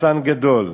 מחסן גדול,